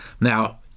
Now